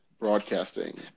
Broadcasting